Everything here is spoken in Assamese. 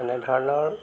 তেনেধৰণৰ